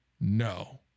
No